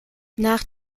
nach